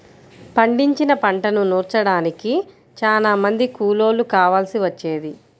పండించిన పంటను నూర్చడానికి చానా మంది కూలోళ్ళు కావాల్సి వచ్చేది